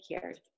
cared